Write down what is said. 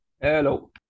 Hello